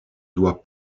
doit